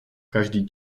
každý